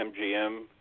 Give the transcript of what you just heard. MGM